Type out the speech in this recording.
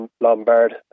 Lombard